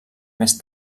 més